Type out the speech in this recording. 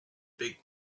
big